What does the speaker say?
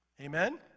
amen